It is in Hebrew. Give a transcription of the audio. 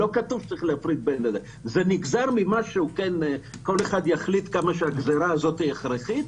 כל אחד יחליט כמה הגזירה הזאת הכרחית,